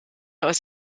aus